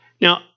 Now